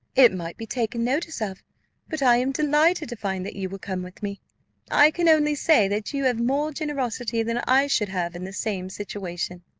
it might be taken notice of but i am delighted to find that you will come with me i can only say that you have more generosity than i should have in the same situation.